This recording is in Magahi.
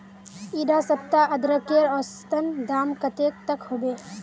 इडा सप्ताह अदरकेर औसतन दाम कतेक तक होबे?